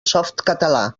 softcatalà